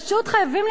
פשוט חייבים,